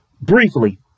Briefly